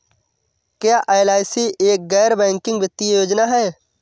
क्या एल.आई.सी एक गैर बैंकिंग वित्तीय योजना है?